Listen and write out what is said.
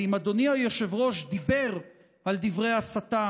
ואם אדוני היושב-ראש דיבר על דברי הסתה